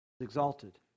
Exalted